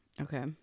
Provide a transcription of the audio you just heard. Okay